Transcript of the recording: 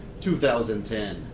2010